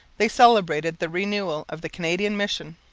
they celebrated the renewal of the canadian mission.